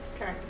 Okay